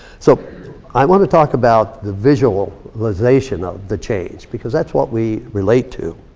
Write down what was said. so i wanna talk about the visualization visualization of the change. because that's what we relate to.